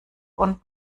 und